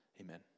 Amen